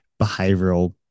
behavioral